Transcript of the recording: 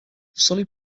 sully